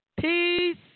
peace